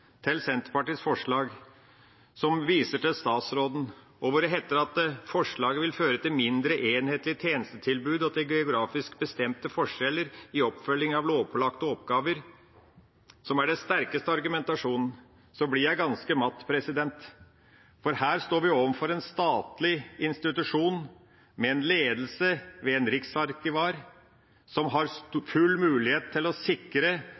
til Senterpartiets forslag, der en viser til statsråden, og hvor det heter at forslaget vil «føre til mindre enhetlig tjenestetilbud og til geografisk bestemte forskjeller i oppfølgingen av lovpålagte plikter», som er den sterkeste argumentasjonen, blir jeg ganske matt. Her står vi overfor en statlig institusjon med en ledelse, ved en riksarkivar, som har full mulighet til å sikre